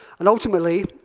and ultimately,